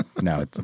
No